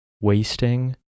wasting